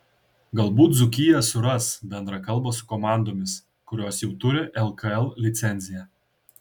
galbūt dzūkija suras bendrą kalbą su komandomis kurios jau turi lkl licenciją